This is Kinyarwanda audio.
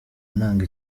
ntanga